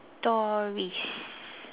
stories